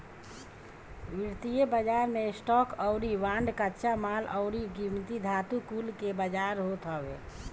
वित्तीय बाजार मे स्टॉक अउरी बांड, कच्चा माल अउरी कीमती धातु कुल के बाजार होत हवे